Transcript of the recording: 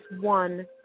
one